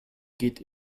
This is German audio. geht